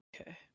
Okay